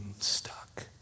stuck